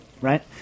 right